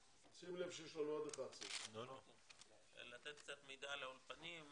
שים לב שיש לנו עד 11:00. השר להשכלה גבוהה ומשלימה זאב אלקין: